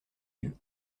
yeux